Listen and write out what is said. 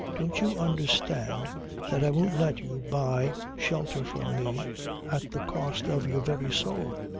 don't you understand that i won't let you buy shelter from me at the cost of your very soul.